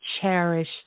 cherish